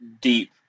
deep